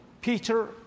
Peter